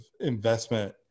investment